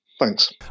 thanks